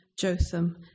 Jotham